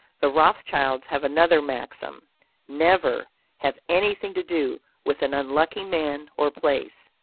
the rothschilds have another maxim never have anything to do with an unlucky man or place.